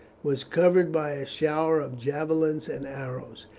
was covered by a shower of javelins and arrows.